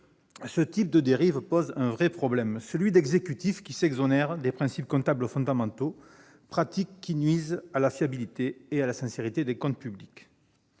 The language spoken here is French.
Ce type de dérives pose un vrai problème : certains exécutifs s'exonèrent de principes comptables fondamentaux, pratiques qui nuisent à la fiabilité et à la sincérité des comptes publics.